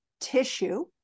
tissue